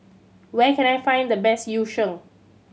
where can I find the best Yu Sheng